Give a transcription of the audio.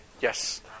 Yes